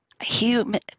human